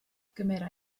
gymera